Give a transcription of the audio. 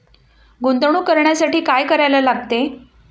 गुंतवणूक करण्यासाठी काय करायला लागते?